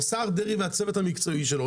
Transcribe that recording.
השר דרעי והצוות המקצועי שלו,